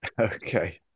Okay